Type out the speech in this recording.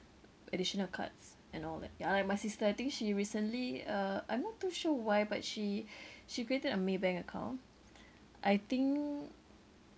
additional cards and all that ya like my sister I think she recently uh I'm not too sure why but she she created a Maybank account I think